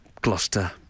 Gloucester